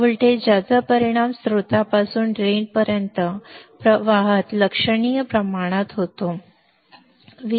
voltage ज्याचा परिणाम स्त्रोतापासून ड्रेन पर्यंत प्रवाहात लक्षणीय प्रमाणात होतो